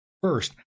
First